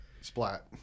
splat